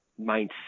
mindset